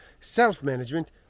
self-management